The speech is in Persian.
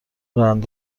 راننده